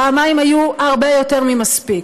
פעמיים היו הרבה יותר ממספיק.